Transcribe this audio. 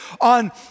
on